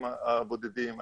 דבר שני,